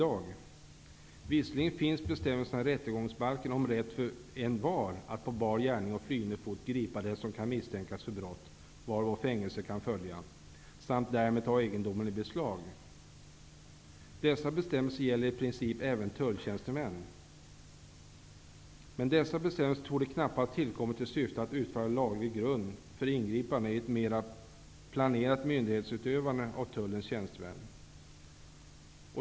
Det finns visserligen i rättegångsbalken bestämmelser om rätt för envar att gripa den som kan misstänkas för brott varå fängelse kan följa om den misstänkte påträffas på bar gärning eller flyende fot, samt därmed ta egendomen i beslag. Dessa bestämmelser gäller i princip även tulltjänstemän. Bestämmelserna torde knappast ha tillkommit i syfte att utgöra laglig grund för ingripande i ett av tullens tjänstemän planerat myndighetsutövande.